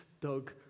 Doug